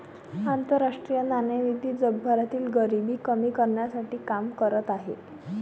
आंतरराष्ट्रीय नाणेनिधी जगभरातील गरिबी कमी करण्यासाठी काम करत आहे